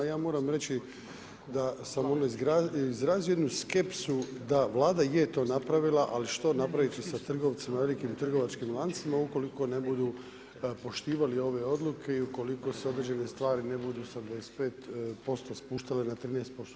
Ja moram reći da sam izrazio jednu skepsu, da vlada je to napravila, ali što napraviti sa trgovcem velikim trgovačkim lancima ukoliko ne budu, poštivali ove odluke i ukoliko se određene stvari ne budu sa 25% spuštale na 13%